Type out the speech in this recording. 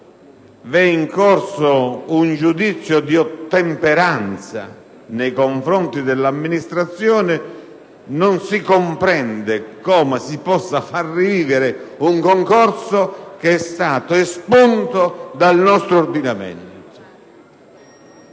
è in corso un giudizio di ottemperanza nei confronti dell'amministrazione - non si comprende come si possa far rivivere un concorso che è stato espunto dal nostro ordinamento.